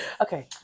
Okay